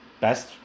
best